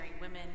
women